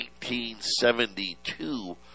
1972